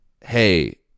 hey